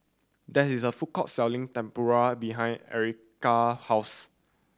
there is a food court selling Tempura behind Ericka house